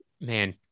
man